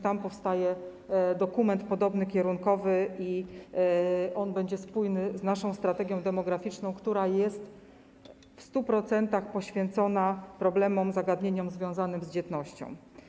Tam powstaje podobny dokument, kierunkowy, i on będzie spójny z naszą strategią demograficzną, która jest w 100% poświęcona problemom, zagadnieniom związanym z dzietnością.